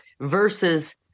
versus